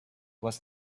was